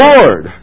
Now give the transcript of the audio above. Lord